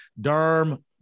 Derm